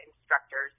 instructors